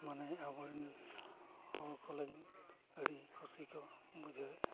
ᱢᱟᱱᱮ ᱟᱵᱚᱨᱮᱱ ᱦᱚᱲᱠᱚ ᱞᱟᱹᱜᱤᱫ ᱟᱹᱰᱤ ᱠᱩᱥᱤᱠᱚ ᱵᱩᱡᱷᱟᱹᱣᱮᱫᱼᱟ